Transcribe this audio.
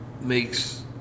makes